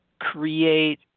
create